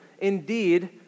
indeed